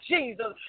Jesus